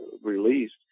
released